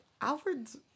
Alfred's